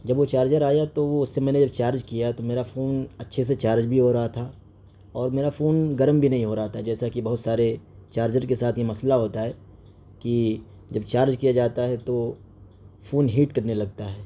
جب وہ چارجر آیا تو وہ اس سے میں نے جب چارج کیا تو میرا فون اچّھے سے چارج بھی ہو رہا تھا اور میرا فون گرم بھی نہیں ہو رہا تھا جیسا کہ بہت سارے چارجر کے ساتھ یہ مسئلہ ہوتا ہے کہ جب چارج کیا جاتا ہے تو فون ہیٹ کرنے لگتا ہے